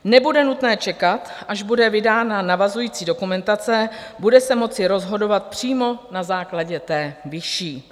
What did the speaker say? Nebude nutné čekat, až bude vydána navazující dokumentace, bude se moci rozhodovat přímo na základě té vyšší.